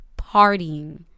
partying